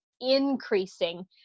increasing